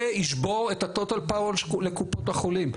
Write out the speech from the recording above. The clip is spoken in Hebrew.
ישבור את הכוח המוחלט לקופות החולים.